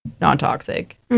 non-toxic